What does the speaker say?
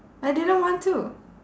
I didn't want to